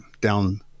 down